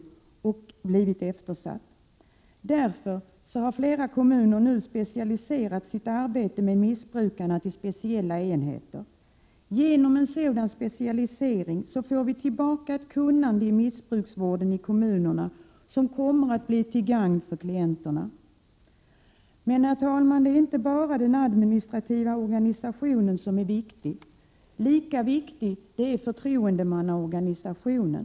Vården har därför eftersatts. Flera kommuner har av denna anledning för sitt arbete med missbrukarna inrättat specialiserade enheter. Genom denna specialisering får vi tillbaka ett brett kunnande i missbrukarvården ute i kommunerna, vilket gagnar klienterna. Herr talman! Inte bara den administrativa organisationen är viktig. Lika viktig är förtroendemannaorganisationen.